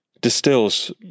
distills